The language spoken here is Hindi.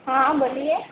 हाँ बोलिए